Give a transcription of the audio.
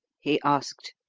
he asked.